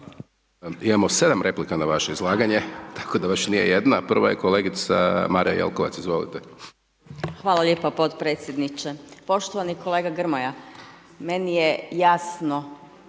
Imamo 7 replika na vaše izlaganje, tako da baš nije jedna, a prva je kolegica Marija Jelkovac Izvolite. **Jelkovac, Marija (HDZ)** Hvala lijepo potpredsjedniče. Poštovani kolega Grmoja, meni je jasno